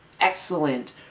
excellent